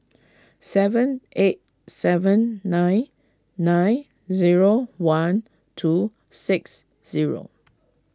seven eight seven nine nine zero one two six zero